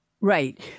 Right